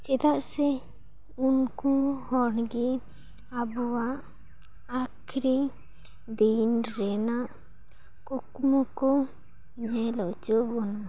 ᱪᱮᱫᱟᱜ ᱥᱮ ᱩᱱᱠᱩ ᱦᱚᱲ ᱜᱮ ᱟᱵᱚᱣᱟᱜ ᱟᱠᱷᱟᱨᱤ ᱫᱤᱱ ᱨᱮᱱᱟᱜ ᱠᱩᱠᱢᱩ ᱠᱚ ᱧᱮᱞ ᱚᱪᱚ ᱵᱚᱱᱟ